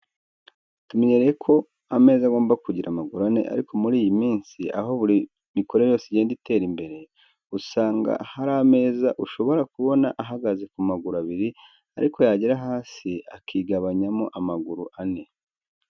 Tumenyereye ko ameza agomba kugira amaguru ane ariko muri iyi minsi aho buri mikorere yose igenda igenda itera imbere, usanga hari ameza ushobora kubona ko ahagaze ku maguru abiri ariko yagera hasi, akigabanyamo amaguru ane.